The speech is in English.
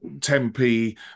tempe